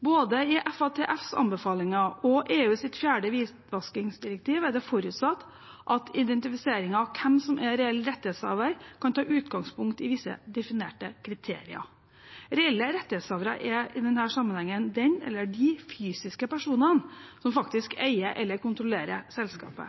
Både i FATFs anbefalinger og i EUs fjerde hvitvaskingsdirektiv er det forutsatt at identifiseringen av hvem som er reell rettighetshaver, kan ta utgangspunkt i visse definerte kriterier. Reelle rettighetshavere er i denne sammenheng den eller de fysiske personene som faktisk eier eller kontrollerer selskapet.